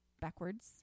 backwards